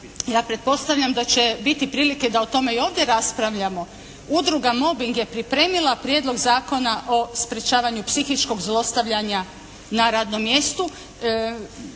ja pretpostavljam da će biti prilike da o tome i ovdje raspravljamo. Udruga Mobing je pripremila Prijedlog zakona o sprječavanju psihičkog zlostavljanja na radnom mjestu.